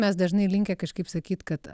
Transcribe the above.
mes dažnai linkę kažkaip sakyt kad